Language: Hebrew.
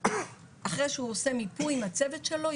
אחרי שהוא עושה מיפוי עם הצוות שלו,